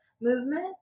movement